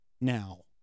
now